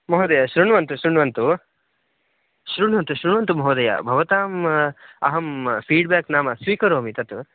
महोदयः शृण्वन्तु शृण्वन्तु शृण्वन्तु शृण्वन्तु महोदयः भवताम् अहं फ़ीड्ब्याक् नाम स्वीकरोमि तत्